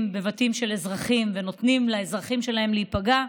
בבתים של אזרחים ונותנים לאזרחים שלהם להיפגע,